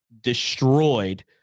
destroyed